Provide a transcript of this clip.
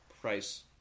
price